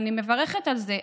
ואני מברכת על זה,